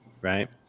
right